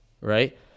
right